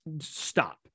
stop